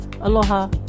Aloha